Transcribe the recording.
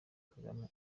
kagame